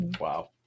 Wow